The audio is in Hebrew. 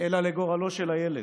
אלא לגורלו של הילד.